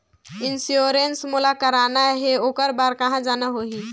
Insurance मोला कराना हे ओकर बार कहा जाना होही?